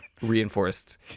reinforced